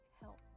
help